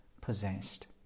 possessed